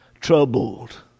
troubled